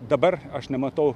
dabar aš nematau